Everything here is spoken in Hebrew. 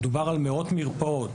מדובר על מאות מרפאות.